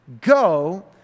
Go